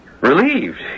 relieved